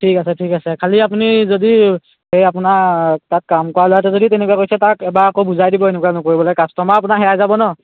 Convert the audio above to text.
ঠিক আছে ঠিক আছে খালী আপুনি যদি এই আপোনাৰ তাত কাম কৰা ল'ৰাটোৱে যদি তেনেকুৱা কৰিছে তাক এবাৰ আকৌ বুজাই দিব এনেকুৱা নকৰিবলৈ কাষ্টমাৰ আপোনাৰ হেৰাই যাব ন